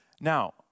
Now